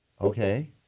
Okay